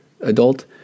adult